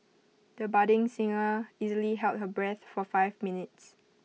the budding singer easily held her breath for five minutes